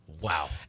Wow